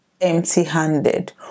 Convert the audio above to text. empty-handed